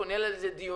הוא ניהל על זה דיונים.